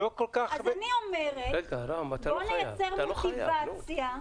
אז אני אומרת: בואו נייצר מוטיבציה.